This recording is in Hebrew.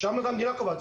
שם המדינה קובעת.